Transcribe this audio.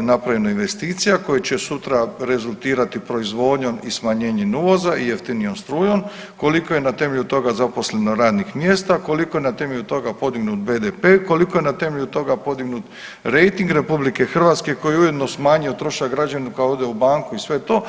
napravljeno investicija koje će sutra rezultirati proizvodnjom i smanjenjem uvoza i jeftinijom strujom, koliko je na temelju toga zaposleno radnih mjesta, koliko je na temelju toga podignut BDP-e, koliko je na temelju toga podignut rejting Republike Hrvatske koji je ujedno smanjio trošak građana kada ode u banku i sve to.